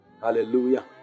Hallelujah